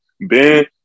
Ben